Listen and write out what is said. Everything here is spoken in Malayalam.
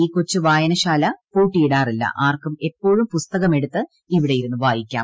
ഈ കൊച്ചുവായനശാല പൂട്ടിയിടാറില്ല ആർക്കും എപ്പോഴും പുസ്തകം എടുത്ത് ഇവിടെയിരുന്ന് വായിക്കാം